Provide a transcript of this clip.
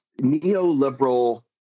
neoliberal